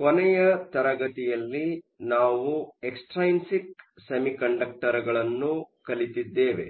ಕೊನೆಯ ತರಗತಿಯಲ್ಲಿ ನಾವು ಎಕ್ಸ್ಟ್ರೈನ್ಸಿಕ್ ಸೆಮಿಕಂಡಕ್ಟರ್ಗಳನ್ನು ಕಲಿತಿದ್ದೇವೆ